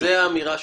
זו האמירה שלך.